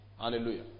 Hallelujah